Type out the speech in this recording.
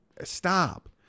stop